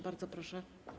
Bardzo proszę.